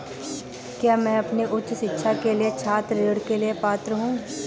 क्या मैं अपनी उच्च शिक्षा के लिए छात्र ऋण के लिए पात्र हूँ?